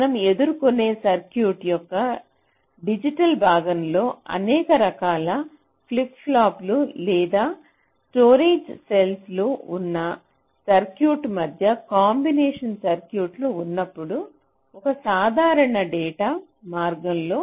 మనం ఎదుర్కొనే సర్క్యూట్ యొక్క డిజిటల్ భాగం లో అనేక రకాల ఫ్లిప్ పాప్స్ లేదా స్టోరేజ్ సెల్స్ లు ఉన్న సర్క్యూట్ మధ్య కాంబినేషన్ సర్క్యూట్లు ఉన్నప్పుడు ఒక సాధారణ డేటా మార్గంలో